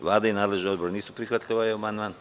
Vlada i nadležni odbor nisu prihvatili ovaj amandman.